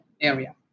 area